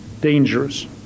dangerous